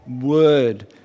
word